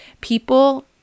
people